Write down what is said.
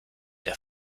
der